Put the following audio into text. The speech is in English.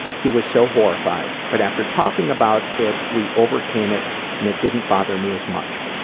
he was so horrified, but after talking about it we overcame it and it didn't bother me as much.